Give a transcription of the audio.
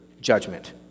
judgment